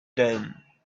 dan